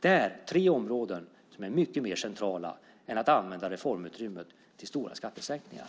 Där - tre områden som är mycket mer centrala än att använda reformutrymmet till stora skattesänkningar.